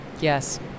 Yes